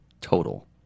total